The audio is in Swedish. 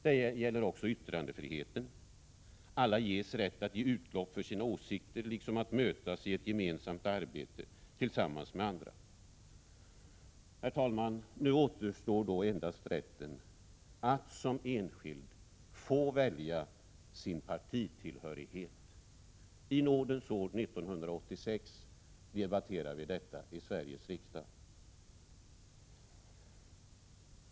Det gäller också yttrandefriheten: alla ges rätt att ge utlopp för sina åsikter liksom att mötas i ett gemensamt arbete tillsammans med andra. Herr talman! Nu återstår endast rätten att som enskild få välja sin partitillhörighet. I nådens år 1986 debatterar vi detta i Sveriges riksdag!